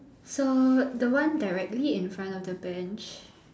so the one directly in front of the bench